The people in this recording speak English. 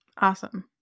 Awesome